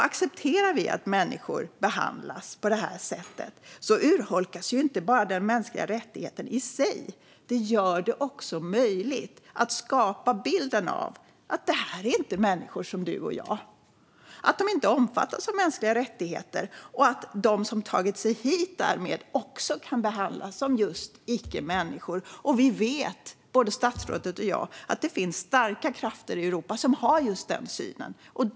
Accepterar vi att människor behandlas på det här sättet urholkas ju inte bara den mänskliga rättigheten i sig, utan det gör det också möjligt att skapa bilden av att det här inte är människor som du och jag, att de inte omfattas av mänskliga rättigheter och att de som tagit sig hit därmed kan behandlas som just icke människor. Vi vet, både statsrådet och jag, att det finns starka krafter i Europa som har just den synen.